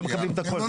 הם לא מקבלים את הכול,